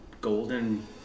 golden